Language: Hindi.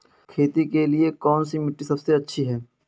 खेती के लिए कौन सी मिट्टी सबसे अच्छी है?